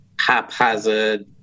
haphazard